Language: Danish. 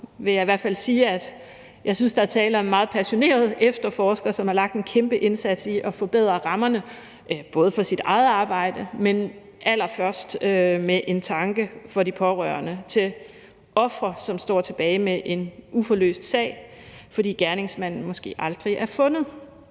jeg synes, der er tale om en meget passioneret efterforsker, som har lagt en kæmpe indsats i at forbedre rammerne både for sit eget arbejde, men allerførst med tanke for de pårørende til ofre, som står tilbage med en uforløst sag, fordi gerningsmanden måske aldrig er fundet.